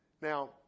Now